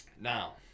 now